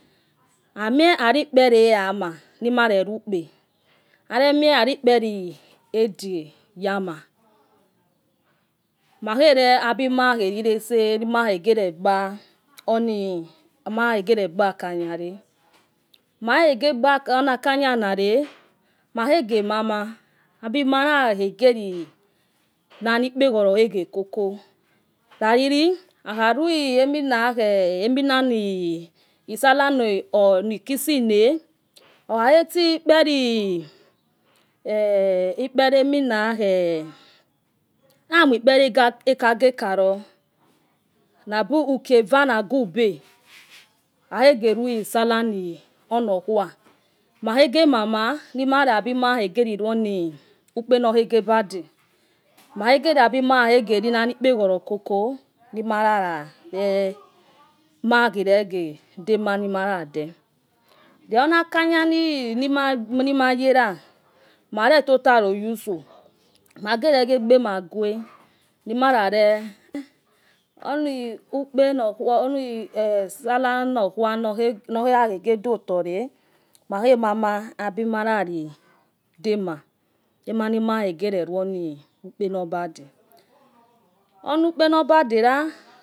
Amie anukpereya ma nimarerukpe aremi erukpere edie yama makhe ne abi marakhe rirese marage regba oni marage regbankanya re mahege baronakanyanare makhege mama abimarakhegerinani ikpegorokhe ghekoko rariri akarue eminakhe isavan nikisine okhakhesi kperi ikperieminakhe amoi ikperegage karo nabu uki eva nagube hakh egeni sallah onor kuwa makhege mama mareriabimarari runukpe nor gebade makhegeriabimarara khe geninani ikpeghoro koko nima rarare magenege demanimarade then onakhanya nimayera mareto to aro utso mageregiegbe mague nimarare onu ukpe nokuwa oni sallanokuwa norakhegedotone ma khemama abimara demah eman nimarakhege re rukpe nobade onu kpenobade rah.